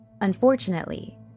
Unfortunately